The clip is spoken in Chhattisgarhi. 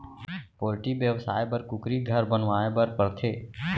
पोल्टी बेवसाय बर कुकुरी घर बनवाए बर परथे